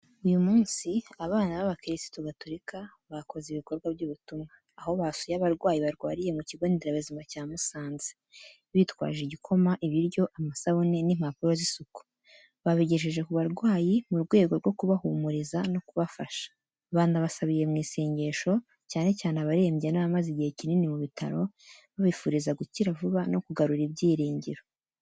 Uyu munsi, abana b’abakirisitu Gatolika bakoze ibikorwa by’ubutumwa, aho basuye abarwayi barwariye mu kigonderabuzima cya Musanze. Bitwaje igikoma, ibiryo, amasabune n’impapuro z’isuku, babigejeje ku barwayi mu rwego rwo kubahumuriza no kubafasha. Banabasabiye mu isengesho, cyane cyane abarembye n’abamaze igihe kinini mu bitaro, babifuriza gukira vuba no kugarura ibyiringiro.